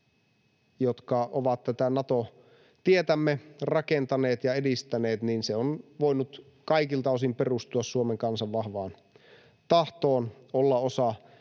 jotka ovat tätä Nato-tietämme rakentaneet ja edistäneet. Se on voinut kaikilta osin perustua Suomen kansan vahvaan tahtoon olla osa